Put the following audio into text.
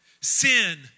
Sin